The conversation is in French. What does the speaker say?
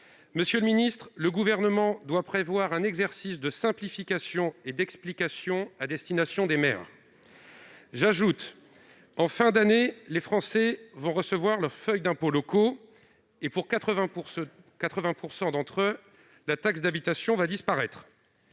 Monsieur le ministre délégué, le Gouvernement doit prévoir un exercice de simplification et d'explication à destination des maires. J'ajoute que, en fin d'année, les Français vont recevoir leur feuille d'impôts locaux de laquelle, pour 80 % d'entre eux, la taxe d'habitation disparaîtra.